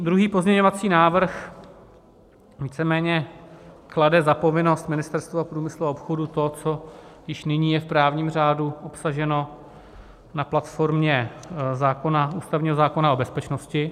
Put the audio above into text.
Druhý pozměňovací návrh víceméně klade za povinnost Ministerstvu průmyslu a obchodu to, co je již nyní v právním řádu obsaženo na platformě ústavního zákona o bezpečnosti.